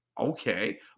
Okay